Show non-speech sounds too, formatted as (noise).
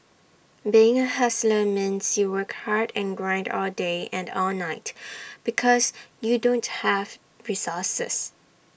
being A hustler means you work hard and grind all day and all night (noise) because you don't have resources